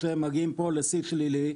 שהם מגיעים לשיא שלילי,